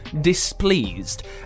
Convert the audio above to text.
displeased